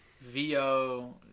VO